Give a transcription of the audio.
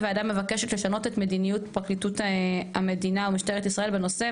הוועדה מבקשת לשנות את מדיניות פרקליטות המדינה ומשטרת ישראל בנושא,